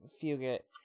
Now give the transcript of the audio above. Fugit